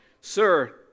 Sir